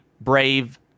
Brave